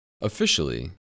Officially